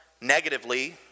negatively